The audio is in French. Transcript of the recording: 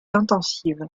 intensive